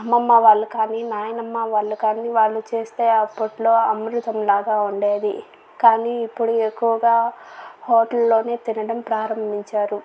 అమ్మమ్మ వాళ్ళు కాని నాయనమ్మ వాళ్ళు కానీ వాళ్ళు చేస్తే అప్పట్లో అమృతంలాగ ఉండేది కానీ ఇప్పుడు ఎక్కువగా హోటల్ లోనే తినడం ప్రారంభించారు